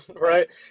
right